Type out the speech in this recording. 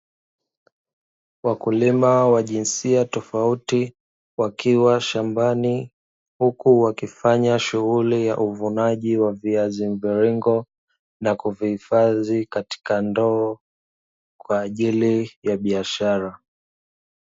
Wakulima wa jinsia tofauti wakiwa shambani, huku wakifanya shughuli ya uvunaji wa viazi mviringo na kuvihifadhi katika ndoo; kwa ajili ya biashara.